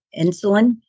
insulin